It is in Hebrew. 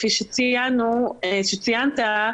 כפי שציינת,